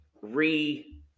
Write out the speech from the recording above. re